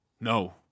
No